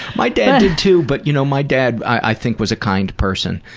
my dad did too but you know my dad i think was a kind person.